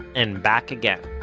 and back again.